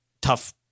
tough